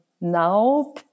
now